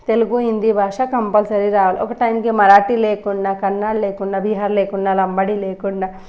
తెలుగు హిందీ భాష కంపల్సరీ రావాలి ఒక టైంకి మరాఠీ లేకుండా కన్నడ లేకుండా బీహారీ లేకుండా లంబాడీ లేకుండా